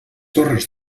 torres